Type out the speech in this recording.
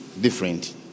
different